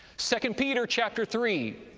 second peter, chapter three,